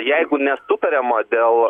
jeigu nesutariama dėl